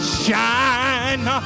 shine